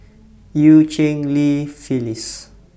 EU Cheng Li Phyllis